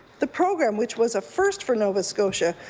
the program, which was a first for nova scotia,